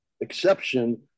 exception